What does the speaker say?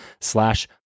slash